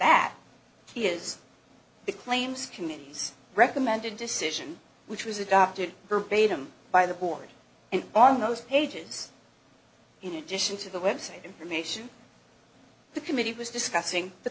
that he is the claims committees recommended a decision which was adopted bade him by the board and on those pages in addition to the website information the committee was discussing the